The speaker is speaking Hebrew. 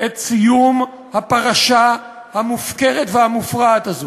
את סיום הפרשה המופקרת והמופרעת הזאת.